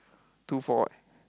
two four eh